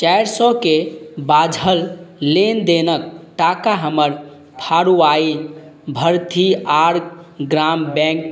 चारि सओके बाझल लेनदेनके टाका हमर फाड़ूवाइ भरथीआर ग्राम बैँक